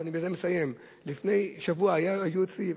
ואני בזה מסיים: לפני שבוע היו אצלי,